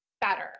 better